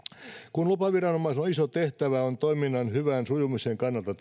kun lupaviranomaisella on iso tehtävä on toiminnan hyvän sujumisen kannalta